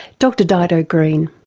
dr dido green.